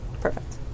Perfect